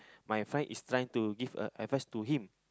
my friend is trying to give a advice to him